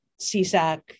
CSAC